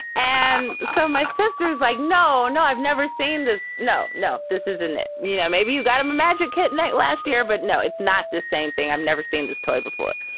and so my sister was like, no, no, i've never seen this. no, no, this is it. you know, maybe you got a magic kit night last year, but no, it's not the same thing. i've never seen this toy before.